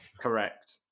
Correct